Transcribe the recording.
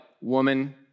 woman